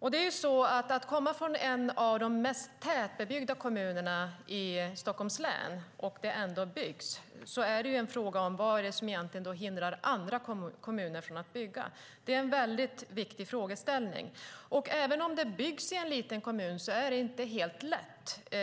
När man kommer från en av de mest tätbebyggda kommunerna i Stockholms län och det ändå byggs där frågar man sig vad det är som hindrar andra kommuner från att bygga. Det är en väldigt viktig frågeställning. Även om det byggs i en liten kommun är det inte helt lätt.